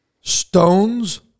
Stones